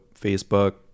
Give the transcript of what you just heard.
Facebook